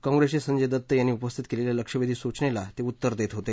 काँग्रेसचे संजय दत्त यांनी उपस्थित केलेल्या लक्षवेधी सूचनेला ते उत्तर देत होते